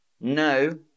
No